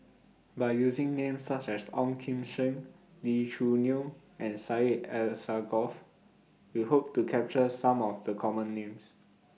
By using Names such as Ong Kim Seng Lee Choo Neo and Syed Alsagoff We Hope to capture Some of The Common Names